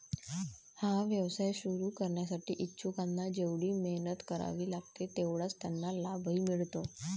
हा व्यवसाय सुरू करण्यासाठी इच्छुकांना जेवढी मेहनत करावी लागते तेवढाच त्यांना लाभही मिळतो